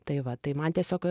tai va tai man tiesiog